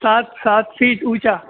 سات سات فیٹ اونچا